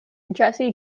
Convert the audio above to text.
jesse